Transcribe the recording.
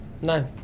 No